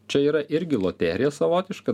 čia yra irgi loterija savotiška